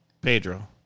Pedro